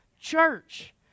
church